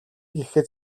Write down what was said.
гэхэд